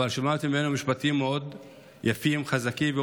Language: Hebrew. שמעתי ממנו משפטים מאוד יפים, חזקים.